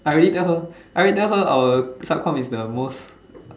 I already tell her I already tell her our sub com is the most